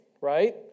right